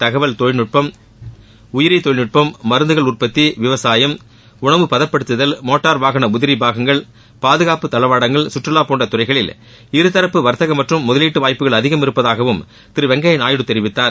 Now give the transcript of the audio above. தகவல் தொழில்நுட்பம் உயிரிதொழில்நுட்பம் மருந்துகள் உற்பத்தி விவசாயம் உணவு பதப்படுத்துதல் மோட்டார் வாகன உதிரிபாகங்கள் பாதுகாப்பு தளவாடங்கள் சுற்றுலா போன்ற துறைகளில் இருதரப்பு வர்த்தகம் மற்றும் முதலீட்டு வாய்ப்புகள் அதிகம் இருப்பதாகவும் திரு வெங்கையா நாயுடு தெரிவித்தார்